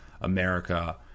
America